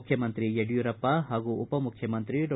ಮುಖ್ಯಮಂತ್ರಿ ಯಡಿಯೂರಪ್ಪ ಹಾಗೂ ಉಪಮುಖ್ಯಮಂತ್ರಿ ಡಾ